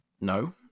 No